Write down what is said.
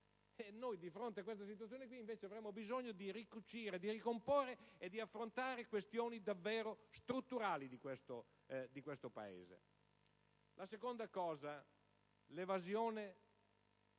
Noi di fronte a questa situazione invece avremmo bisogno di ricucire, di ricomporre e di affrontare questioni davvero strutturali di questo Paese. Vengo all'evasione